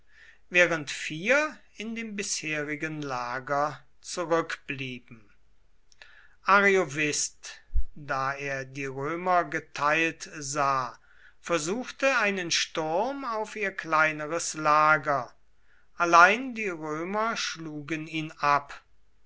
während vier in dem bisherigen lager zurückblieben ariovist da er die römer geteilt sah versuchte einen sturm auf ihr kleineres lager allein die römer schlugen ihn ab